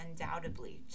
undoubtedly